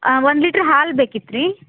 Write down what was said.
ಹಾಂ ಒಂದು ಲೀಟ್ರ್ ಹಾಲು ಬೇಕಿತ್ತು ರೀ